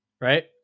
right